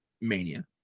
mania